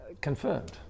confirmed